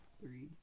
three